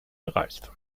erreicht